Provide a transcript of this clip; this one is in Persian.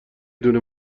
دونه